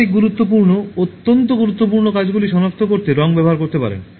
সর্বাধিক গুরুত্বপূর্ণ অন্তত গুরুত্বপূর্ণ কাজগুলি সনাক্ত করতে রঙ ব্যবহার করতে পারেন